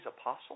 apostle